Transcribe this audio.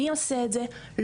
מי עושה את זה,